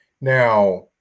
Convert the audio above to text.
Now